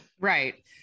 Right